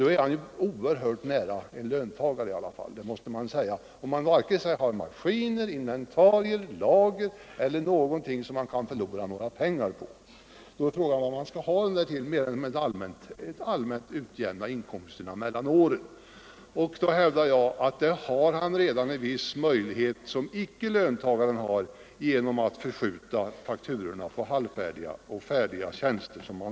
Om han varken har maskiner, inventarier, lager eller någonting annat han kan förlora pengar på måste man säga att han i sin skattesituation står oerhört nära en löntagare, och man kan fråga vad han skall ha utjämningsregler till annat än att utjämna inkomsterna mellan åren. Jag hävdar att företagaren därvidlag redan har en viss möjlighet som inte löntagaren har, nämligen att förskjuta fakturorna för halvfärdiga och färdiga tjänster.